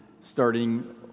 starting